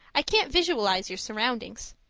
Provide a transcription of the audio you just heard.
i can't visualize your surroundings.